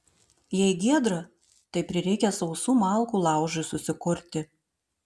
jei giedra tai prireikia sausų malkų laužui susikurti